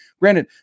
granted